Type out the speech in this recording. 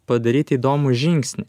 padaryt įdomų žingsnį